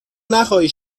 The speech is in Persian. نخواهی